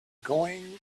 going